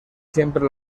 siempre